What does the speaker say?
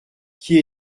qui